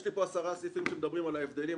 יש לי פה עשרה סעיפים שמדברים על ההבדלים,